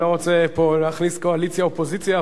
אני לא רוצה פה להכניס קואליציה אופוזיציה,